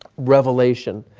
revelation.